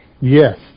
Yes